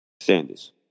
Sanders